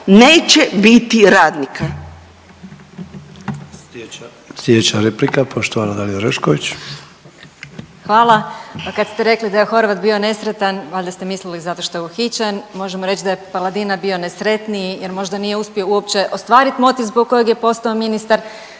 neće biti radnika.